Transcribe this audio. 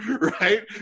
right